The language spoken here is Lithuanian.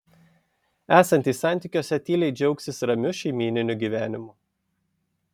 esantys santykiuose tyliai džiaugsis ramiu šeimyniniu gyvenimu